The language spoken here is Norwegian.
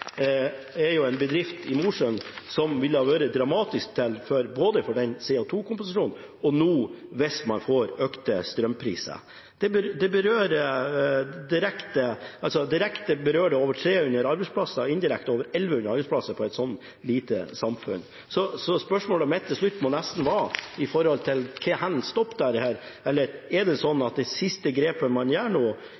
er en bedrift i Mosjøen som det ville være dramatisk for når det gjelder både CO 2 -kompensasjonen og hvis man nå får økte strømpriser. Direkte berører det over 300 arbeidsplasser og indirekte over 1 100 arbeidsplasser i et så lite samfunn. Spørsmålet mitt til slutt må nesten være: Hvor stopper dette? Er det sånn at det siste grepet man gjør i forsøket på å gi kraftkrevende industri dårligere rammevilkår, er det